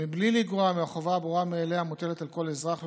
מבלי לגרוע מן החובה הברורה מאליה המוטלת על כל אזרח,